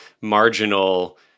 marginal